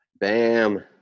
Bam